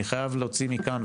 אני חייב להוציא מכאן,